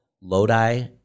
Lodi